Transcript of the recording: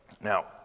Now